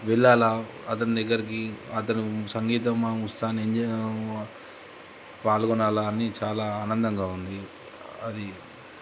వెళ్ళాలి అతని దగ్గరికి అతను సంగీతం ఉత్సవాన్ని ఎంజాయ్ పాల్గొనాలి అని చాలా ఆనందంగా ఉంది అది